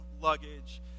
luggage